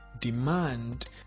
demand